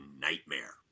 nightmare